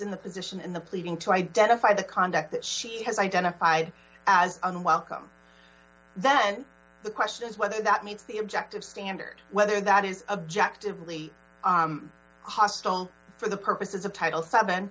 in the position in the pleading to identify the conduct that she has identified as unwelcome then the question is whether that meets the objective standard whether that is objective really hostile for the purposes of title s